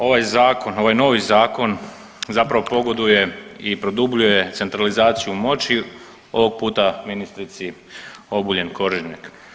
Ovaj Zakon, ovaj novi Zakon zapravo pogoduje i produbljuje centralizaciju moći, ovog puta ministrici Obuljen Koržinek.